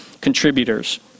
contributors